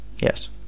Yes